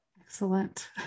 excellent